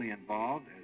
involved